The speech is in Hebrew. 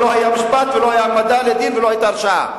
לא היה משפט ולא היתה העמדה לדין ולא היתה הרשעה.